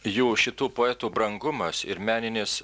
jų šitų poetų brangumas ir meninis